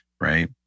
right